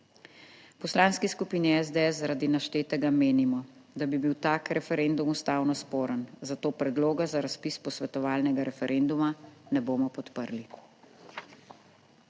Poslanski skupini SDS zaradi naštetega menimo, da bi bil tak referendum ustavno sporen, zato predloga za razpis posvetovalnega referenduma ne bomo podprli.